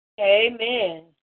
Amen